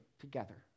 together